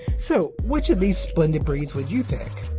so, which of these splendid breeds would you pick?